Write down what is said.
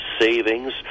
savings